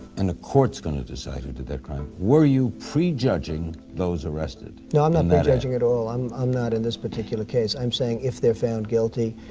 and the court's going to decide who did that crime, where you prejudging those arrested? no, i'm not prejudging at all. i'm i'm not in this particular case. i'm saying if they're found guilty,